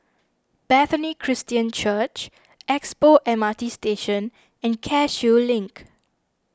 Bethany Christian Church Expo M R T Station and Cashew Link